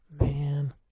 Man